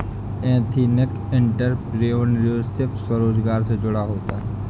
ethnic entrepreneurship स्वरोजगार से जुड़ा होता है